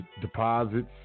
deposits